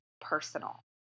personal